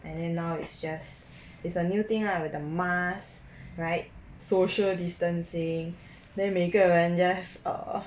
and then now it's just is a new thing lah with a mask right social distancing then 每个人 just err